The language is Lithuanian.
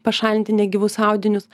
pašalinti negyvus audinius